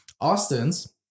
austin's